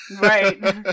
Right